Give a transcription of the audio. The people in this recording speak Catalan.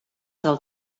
del